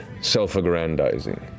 self-aggrandizing